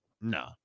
nah